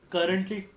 Currently